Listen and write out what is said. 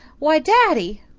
why, daddy!